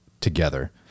together